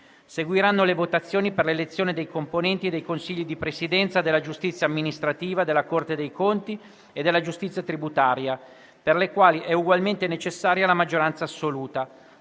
Seguiranno le votazioni per l'elezione dei componenti dei Consigli di Presidenza, della giustizia amministrativa, della Corte dei Conti e della giustizia tributaria, per le quali è ugualmente necessaria la maggioranza assoluta.